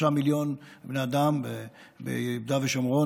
כשלושה מיליון בני האדם ביהודה ושומרון,